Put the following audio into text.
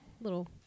little